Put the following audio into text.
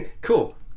Cool